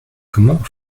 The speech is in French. comment